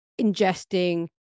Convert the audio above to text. ingesting